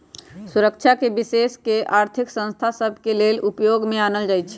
सुरक्षाके विशेष कऽ के आर्थिक संस्था सभ के लेले उपयोग में आनल जाइ छइ